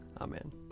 Amen